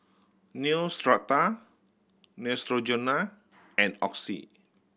Neostrata Neutrogena and Oxy